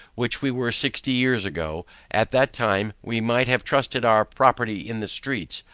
which we were sixty years ago at that time we might have trusted our property in the streets,